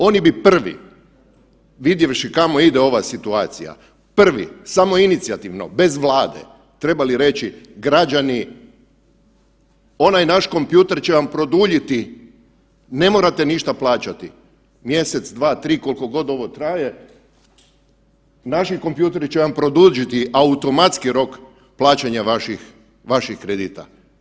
Oni bi prvi vidjevši kamo ide ova situacija, prvi, samoinicijativno bez Vlade trebali reći građani onaj naš kompjuter će vam produljiti ne morate ništa plaćati, mjesec, dva, tri koliko god ovo traje, naši kompjuteri će vam produžiti automatski rok plaćanja vaših kredita.